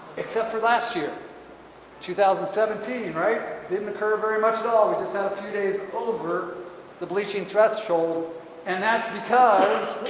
except for last year two thousand and seventeen right, didn't occur very much at all we just have a few days over the bleaching threshold and that's because